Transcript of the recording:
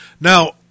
Now